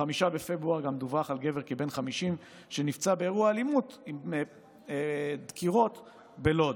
ב-5 בפברואר גם דווח על גבר כבן 50 שנפצע באירוע אלימות עם דקירות בלוד.